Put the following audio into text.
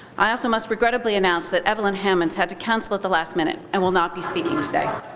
i also must regrettably announce that evelynn hammonds had to cancel at the last minute and will not be speaking today.